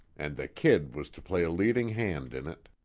and the kid was to play a leading hand in it.